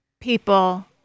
people